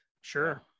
sure